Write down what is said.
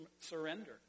surrender